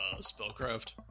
Spellcraft